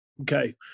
Okay